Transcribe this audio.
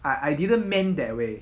I I didn't meant that way